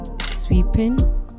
sweeping